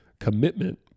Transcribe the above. Commitment